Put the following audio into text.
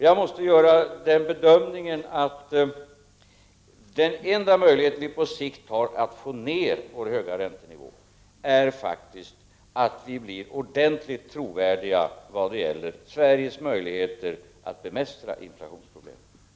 Jag måste göra bedömningen att den enda utväg som vi på sikt har för att få ned den höga räntenivån faktiskt är att göra Sveriges möjligheter att bemästra inflationsproblemen ordentligt trovärdiga.